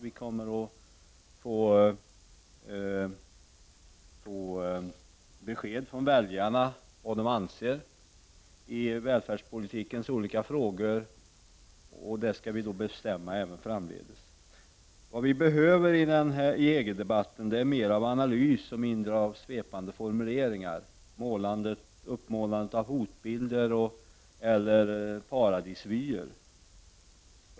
Vi kommer att få besked från väljarna om vad de anser i välfärdspolitikens olika frågor, och så skall vi bestämma även framdeles. Vad vi behöver i EG-debatten är mer av analys och mindre av svepande formuleringar, uppmålandet av hotbilder eller paradisvyer.